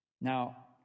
Now